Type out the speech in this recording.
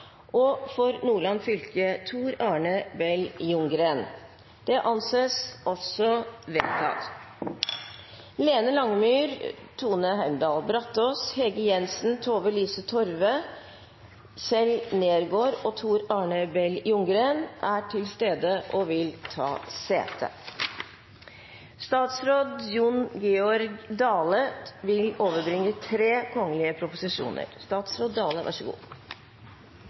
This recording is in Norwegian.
Nordland fylke: Tor Arne Bell Ljunggren Lene Langemyr, Tone Heimdal Brataas, Hege Jensen, Tove Lise Torve, Kjell Neergaard og Tor Arne Bell Ljunggren er til stede og vil ta sete. Representanten Jenny Klinge vil framsette et representantforslag. Eg vil